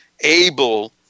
able